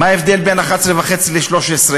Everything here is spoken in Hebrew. מה ההבדל בין 11.5 ל-13?